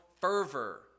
fervor